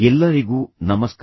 ಎಲ್ಲರಿಗೂ ನಮಸ್ಕಾರ